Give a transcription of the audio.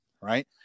right